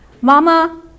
Mama